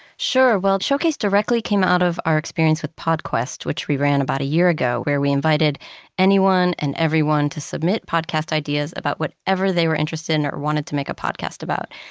sure. well, showcase directly came out of our experience with podquest, which we ran about a year ago, where we invited anyone and everyone to submit podcast ideas about whatever they were interested in or wanted to make a podcast about.